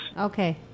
Okay